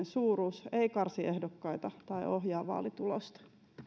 suuruus ei karsi ehdokkaita tai ohjaa vaalitulosta